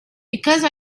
because